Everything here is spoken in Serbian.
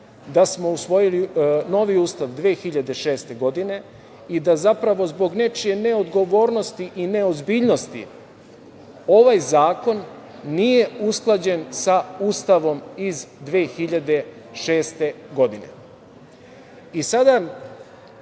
da smo usvojili novi Ustav 2006. godine i da zapravo zbog nečije neodgovornosti i neozbiljnosti ovaj zakon nije usklađen sa Ustavom iz 2006. godine. Sada